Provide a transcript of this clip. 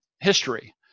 history